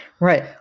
Right